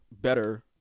better